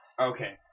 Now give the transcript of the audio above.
Okay